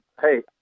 hey